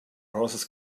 horses